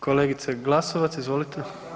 Kolegice Glasovac, izvolite.